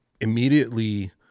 immediately